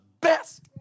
best